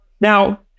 Now